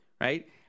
right